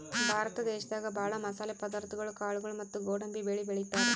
ಭಾರತ ದೇಶದಾಗ ಭಾಳ್ ಮಸಾಲೆ ಪದಾರ್ಥಗೊಳು ಕಾಳ್ಗೋಳು ಮತ್ತ್ ಗೋಡಂಬಿ ಬೆಳಿ ಬೆಳಿತಾರ್